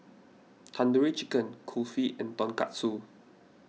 Tandoori Chicken Kulfi and Tonkatsu